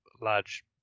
large